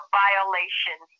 violation